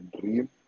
dream